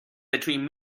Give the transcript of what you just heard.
between